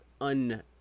un